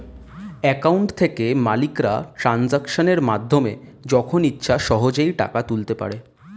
account থেকে মালিকরা ট্রানজাকশনের মাধ্যমে যখন ইচ্ছে সহজেই টাকা তুলতে পারে